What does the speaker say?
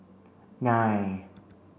nine